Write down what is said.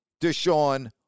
Deshaun